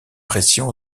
pressions